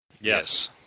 yes